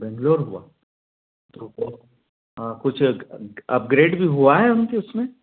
बेंगलोर हुआ तो वहाँ कुछ अग अपग्रैड भी हुआ है उनके उसमें